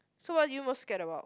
so what do you most scared about